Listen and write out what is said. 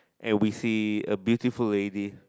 and we see a beautiful lady